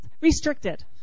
restricted